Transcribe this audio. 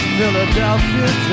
Philadelphia